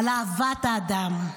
על אהבת האדם,